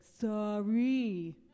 sorry